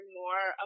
more